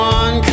one